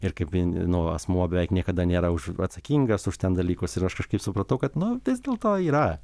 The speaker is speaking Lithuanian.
ir kaip in nu asmuo beveik niekada nėra už atsakingas už ten dalykus ir aš kažkaip supratau kad nu vis dėlto yra